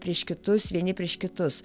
prieš kitus vieni prieš kitus